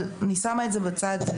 אני שמה את זה בצד.